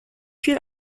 viel